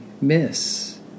miss